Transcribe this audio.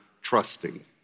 trusting